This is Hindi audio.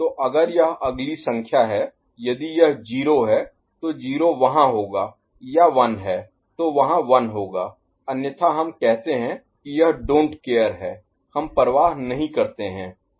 तो अगर यह अगली संख्या है यदि यह 0 है तो 0 वहां होगा या 1 है तो वहां 1 होगा अन्यथा हम कहते हैं कि यह डोंट केयर Don't Care है हम परवाह नहीं करते हैं